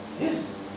Yes